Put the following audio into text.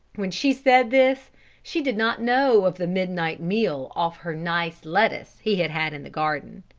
when she said this she did not know of the midnight meal off her nice lettuce he had had in the garden.